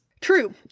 True